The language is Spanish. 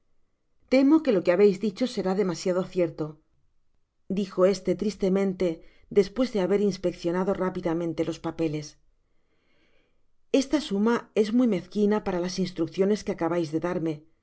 temo que lo que habeis dicho será demasiado cierto dijo éste tristemente despues de haber inspeccionado rápidamente los papeles esta suma es muy mezquina para las instrucciones que acabais de darme